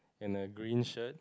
in a green shirt